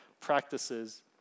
practices